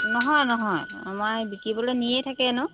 নহয় নহয় আমাৰ বিকিবলৈ নিয়েই থাকে এনেও